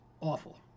Awful